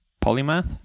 Polymath